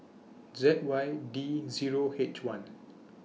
Z Y D Zero H one